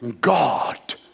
God